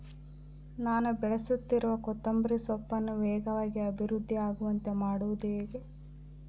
ನಾನು ಬೆಳೆಸುತ್ತಿರುವ ಕೊತ್ತಂಬರಿ ಸೊಪ್ಪನ್ನು ವೇಗವಾಗಿ ಅಭಿವೃದ್ಧಿ ಆಗುವಂತೆ ಮಾಡುವುದು ಹೇಗೆ?